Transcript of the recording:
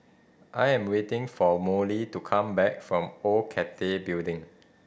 I'm waiting for Molly to come back from Old Cathay Building